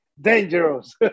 dangerous